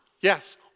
yes